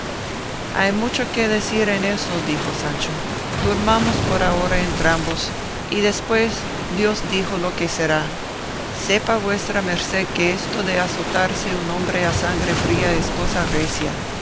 hay mucho que decir en eso dijo sancho durmamos por ahora entrambos y después dios dijo lo que será sepa vuestra merced que esto de azotarse un hombre a sangre fría es cosa recia